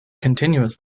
continuous